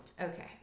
Okay